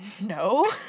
no